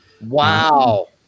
wow